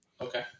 Okay